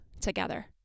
together